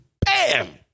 bam